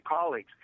colleagues